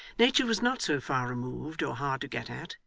nature was not so far removed, or hard to get at,